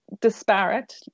disparate